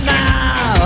now